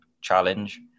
challenge